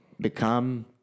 Become